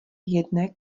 jedné